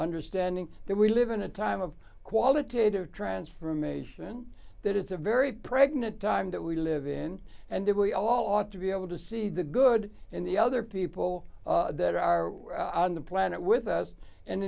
understanding that we live in a time of qualitative transformation that it's a very pregnant time that we live in and that we all ought to be able to see the good in the other people that are on the planet with us and